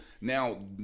now